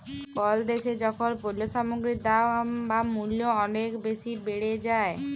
call দ্যাশে যখল পল্য সামগ্গির দাম বা মূল্য অলেক বেসি বাড়ে যায়